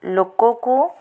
ଲୋକକୁ